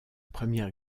première